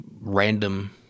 random